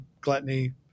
gluttony